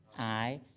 aye.